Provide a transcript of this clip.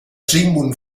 sigmund